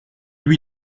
lui